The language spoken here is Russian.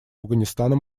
афганистана